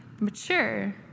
mature